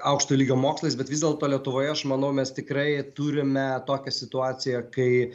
aukšto lygio mokslais bet vis dėlto lietuvoje aš manau mes tikrai turime tokią situaciją kai